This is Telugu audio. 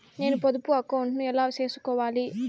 నేను పొదుపు అకౌంటు ను ఎలా సేసుకోవాలి?